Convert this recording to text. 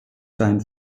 seinen